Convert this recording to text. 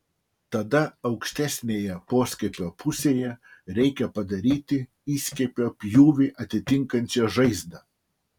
tada aukštesnėje poskiepio pusėje reikia padaryti įskiepio pjūvį atitinkančią žaizdą